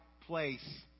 place